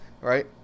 Right